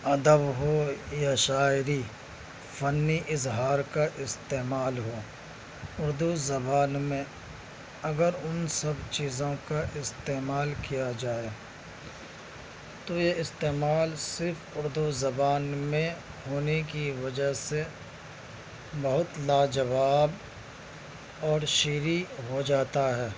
ادب ہو یا شاعری فنی اظہار کا استعمال ہو اردو زبان میں اگر ان سب چیزوں کا استعمال کیا جائے تو یہ استعمال صرف اردو زبان میں ہونے کی وجہ سے بہت لاجواب اور شیریں ہوجاتا ہے